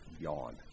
yawn